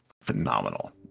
phenomenal